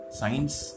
science